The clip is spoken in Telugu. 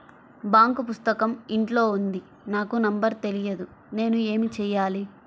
బాంక్ పుస్తకం ఇంట్లో ఉంది నాకు నంబర్ తెలియదు నేను ఏమి చెయ్యాలి?